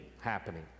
happening